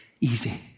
easy